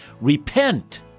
Repent